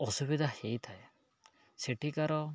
ଅସୁବିଧା ହୋଇଥାଏ ସେଠିକାର